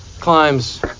climbs